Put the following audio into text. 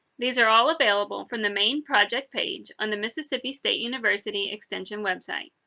these are all available from the main project page on the mississippi state university extension website.